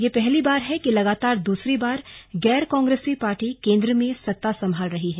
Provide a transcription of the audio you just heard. ये पहली बार है कि लगातार दूसरी बार गैर कांग्रेसी पार्टी केन्द्र में सत्तां संभाल रही है